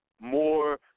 more